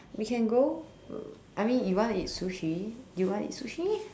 we can go I mean you want to eat Sushi do you want to eat Sushi